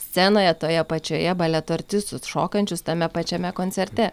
scenoje toje pačioje baleto artistus šokančius tame pačiame koncerte